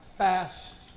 fast